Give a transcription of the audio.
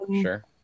Sure